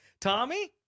Tommy